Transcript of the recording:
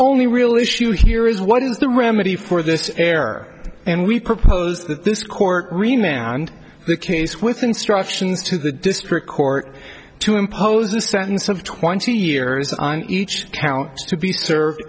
only real issue here is what is the remedy for this error and we propose that this court remain and the case with instructions to the district court to impose a sentence of twenty years on each count to be served